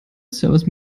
service